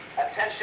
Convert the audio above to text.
Attention